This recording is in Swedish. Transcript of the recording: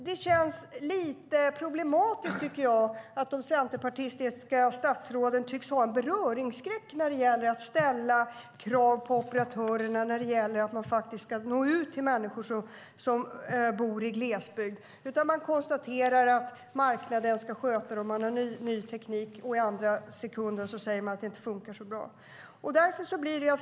Det känns lite problematiskt att de centerpartistiska statsråden tycks ha en beröringsskräck när det gäller att ställa krav på operatörerna att nå ut till människor som bor i glesbygd. Man konstaterar att marknaden ska sköta det och man har ny teknik, och i nästa sekund säger man att det inte fungerar så bra.